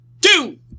two